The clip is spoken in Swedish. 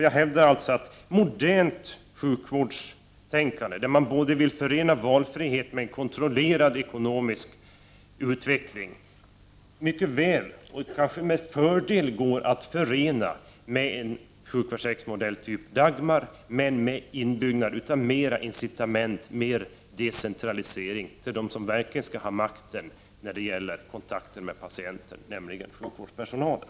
Jag hävdar att ett modernt sjukvårdstänkande, där man vill förena valfrihet med en kontrollerad ekonomisk utveckling, mycket väl och kanske med fördel går att förena med en sjukförsäkringsmodell av typen Dagmarsystemet, men med inbyggnad av mer incitament och en decentralisering av makten till dem som verkligen har kontakt med patienter, nämligen sjukvårdspersonalen.